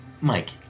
Mike